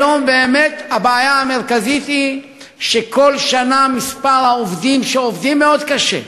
היום באמת הבעיה המרכזית היא שכל שנה מספר העובדים שעובדים מאוד קשה,